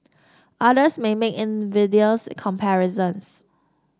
others may make invidious comparisons